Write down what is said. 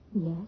Yes